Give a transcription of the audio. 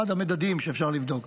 אחד המדדים שאפשר לבדוק.